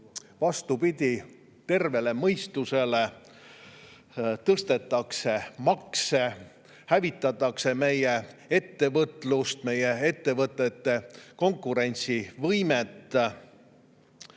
Vastupidiselt tervele mõistusele tõstetakse makse, hävitatakse meie ettevõtlust, meie ettevõtete konkurentsivõimet.